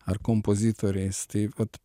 ar kompozitoriais tai vat